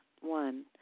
One